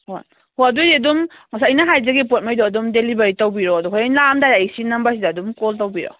ꯍꯣꯏ ꯍꯣꯏ ꯑꯗꯨꯑꯣꯏꯗꯤ ꯑꯗꯨꯝ ꯉꯁꯥꯏ ꯑꯩꯅ ꯍꯥꯏꯖꯈꯤꯕ ꯄꯣꯠꯉꯩꯗꯣ ꯑꯗꯨꯝ ꯗꯦꯂꯤꯚꯔꯤ ꯇꯧꯕꯤꯔꯛꯑꯣ ꯑꯗꯣ ꯍꯣꯔꯦꯟ ꯂꯥꯛꯑꯝꯗꯥꯏ ꯁꯤ ꯅꯝꯕꯔꯁꯤꯗ ꯑꯗꯨꯝ ꯀꯣꯜ ꯇꯧꯕꯤꯔꯛꯑꯣ